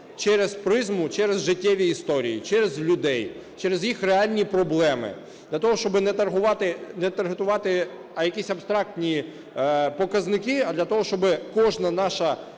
через призму, через життєві історії, через людей, через їх реальні проблеми. Для того, щоб не таргетувати, а якість абстрактні показники, а для того, щоб кожна наша